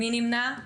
מי נמנע?